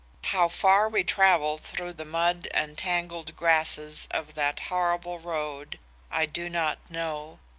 how far we travelled through the mud and tangled grasses of that horrible road i do not know.